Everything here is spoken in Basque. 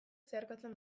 zeharkatzen